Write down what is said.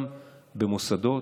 גם במוסדות